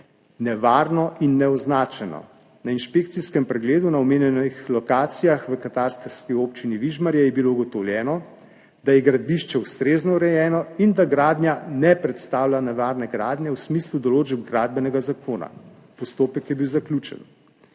nevarno in neoznačeno. Na inšpekcijskem pregledu na omenjenih lokacijah v katastrski občini Vižmarje je bilo ugotovljeno, da je gradbišče ustrezno urejeno in da gradnja ne predstavlja nevarne gradnje v smislu določb Gradbenega zakona. Postopek je bil zaključen.